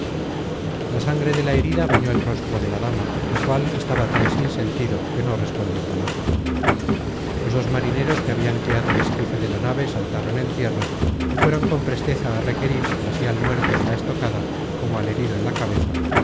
la sangre de la herida bañó el rostro de la dama la cual estaba tan sin sentido que no respondió palabra los dos marineros que habian guiado el esquife de la nave saltaron en tierra y fueron con presteza á requerir así al muerto de la estocada como al herido en la cabeza